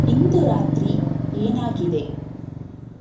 ಇಂದು ರಾತ್ರಿ ಏನಾಗಿದೆ